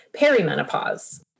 perimenopause